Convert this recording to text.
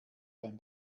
beim